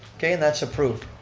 okay, and that's approved,